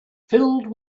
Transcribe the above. filled